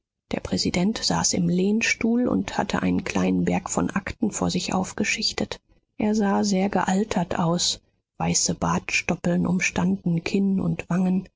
der präsident saß im lehnstuhl und hatte einen kleinen berg von akten vor sich aufgeschichtet er sah sehr gealtert aus weiße bartstoppeln umstanden kinn und wangen